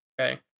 okay